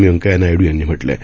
व्यंकैय्या नायडू यांनी म्हटलं आहे